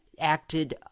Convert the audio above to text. acted